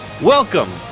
Welcome